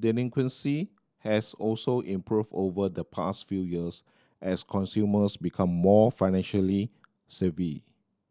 delinquency has also improved over the past few years as consumers become more financially savvy